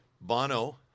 bono